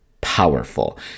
powerful